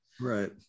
Right